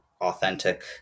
authentic